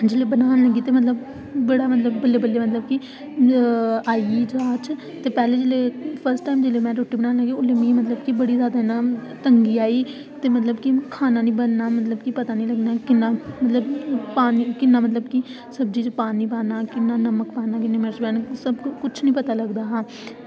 जेल्लै बनी जंदी ते मतलब बड़ा मतलब बल्लें बल्लें मतलब कि आई जाच ते पैह्लें मतलब कि फर्स्ट टाईम में जेल्लै रुट्टी बनाई ते उसलै मिगी बड़ी जादा मतलब तंगी आई ते मतलब कि खाना निं बनना ते मतलब कि पता निं लग्गना किन्ना किन्ना मतलब कि सब्ज़ी च पानी पाना किन्ना नमक पाना किन्नी मर्ची पानी ते सबकुछ पता निं लगदा कि